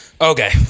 Okay